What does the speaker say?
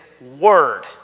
word